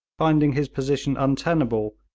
finding his position untenable,